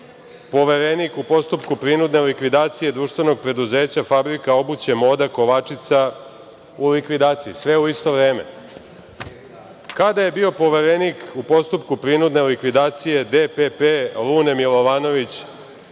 poverenik u postupku prinuda likvidacije društvenog preduzeća fabrika obuče „Moda“ Kovačica u likvidaciji. Sve u isto vreme. Kada je bio poverenik u postupku prinudne likvidacije DPP „Lune Milovanović“